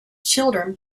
children